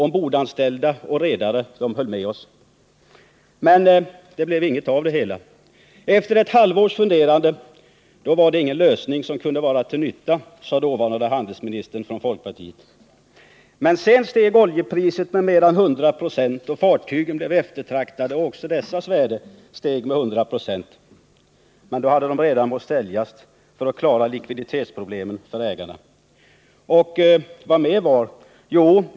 Ombordanställda och redare höll med oss, men det blev ingenting av det hela. Efter ett halvårs funderande sade den dåvarande handelsministern från folkpartiet att detta var ett förslag som inte kunde vara till någon nytta. Sedan steg oljepriset med mer än 100 96 , och fartygen blev eftertraktade. Även deras värde steg med 100 96. Men då hade de redan måst säljas för att ägarna skulle kunna klara sina likviditetsproblem.